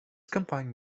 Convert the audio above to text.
combined